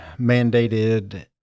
mandated